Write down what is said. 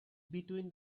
between